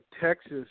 Texas